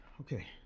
okay